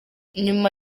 nyuma